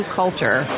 culture